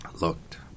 looked